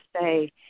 say